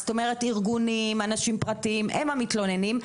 זאת אומרת, ארגונים, אנשים פרטיים, הם המתלוננים.